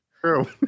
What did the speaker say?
True